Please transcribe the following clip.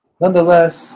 nonetheless